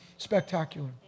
spectacular